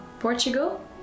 Portugal